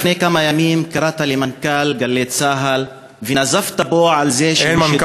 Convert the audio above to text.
לפני כמה ימים קראת למנכ"ל "גלי צה"ל" ונזפת בו על זה שהוא שידר,